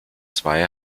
zwei